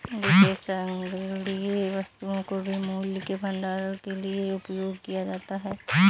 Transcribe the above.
विशेष संग्रहणीय वस्तुओं को भी मूल्य के भंडारण के लिए उपयोग किया जाता है